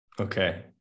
Okay